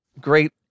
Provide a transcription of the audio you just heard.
Great